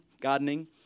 gardening